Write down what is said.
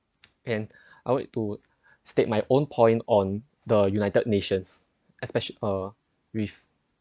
and I want to state my own point on the united nations especially uh with